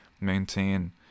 maintain